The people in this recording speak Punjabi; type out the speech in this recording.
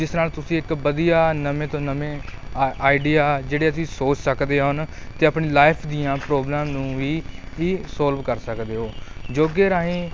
ਜਿਸ ਦੇ ਨਾਲ ਤੁਸੀਂ ਇੱਕ ਵਧੀਆ ਨਵੇਂ ਤੋਂ ਨਵੇਂ ਆ ਆਈਡੀਆ ਜਿਹੜੇ ਅਸੀਂ ਸੋਚ ਸਕਦੇ ਅਨ ਅਤੇ ਆਪਣੀ ਲਾਈਫ ਦੀਆਂ ਪ੍ਰੋਬਲਮਾਂ ਨੂੰ ਵੀ ਹੀ ਸੋਲਵ ਕਰ ਸਕਦੇ ਹੋ ਯੋਗੇ ਰਾਹੀਂ